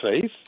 Faith